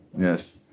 Yes